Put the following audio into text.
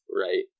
Right